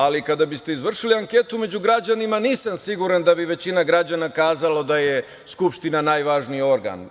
Ali, kada biste izvršili anketu među građanima, nisam siguran da bi većina građana kazalo da je Skupština najvažniji organ.